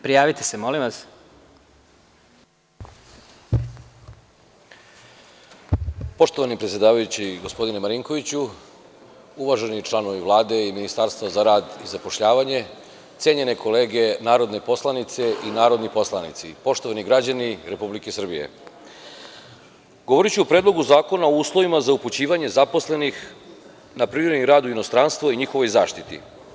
Poštovani predsedavajući, gospodine Marinkoviću, uvaženi članovi Vlade i Ministarstva za rad i zapošljavanje, cenjene kolege narodne poslanice i narodni poslanici, poštovani građani Republike Srbije, govoriću o Predlogu zakona o uslovima za upućivanje zaposlenih na privremeni rad u inostranstvo i njihovoj zaštiti.